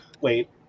Wait